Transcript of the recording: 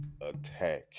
attack